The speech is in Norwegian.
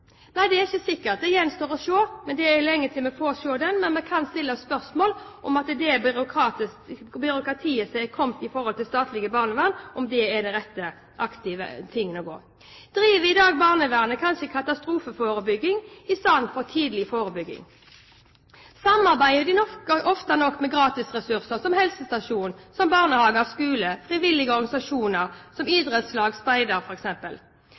Nei, det er ikke sikkert. Det gjenstår å se. Det er lenge til vi får se det, men vi kan stille spørsmål om det byråkratiet som er kommet i forbindelse med statlig barnevern, og om det er den rette, aktive veien å gå. Driver barnevernet i dag kanskje med katastrofeforebygging i stedet for tidlig forebygging? Samarbeider de ofte nok med gratisressurser som helsestasjon, barnehage og skole, frivillige organisasjoner,